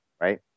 Right